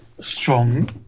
strong